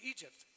Egypt